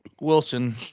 Wilson